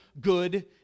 good